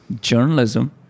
journalism